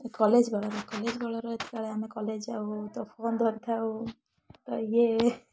college ବେଳର college ବେଳର ଯେତୋଳେ ଆମେ କଲେଜ ଯାଉ ତ ଫୋନ ଧରିଥାଉ ତ ଇଏ